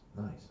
Nice